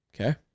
Okay